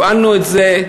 הפעלנו את זה.